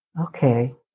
Okay